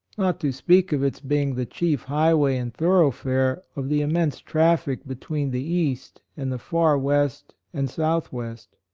not to speak of its being the chief high-way and tho roughfare of the immense traffic between the east and the far west and south-west.